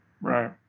Right